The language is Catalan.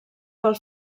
pel